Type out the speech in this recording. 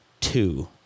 two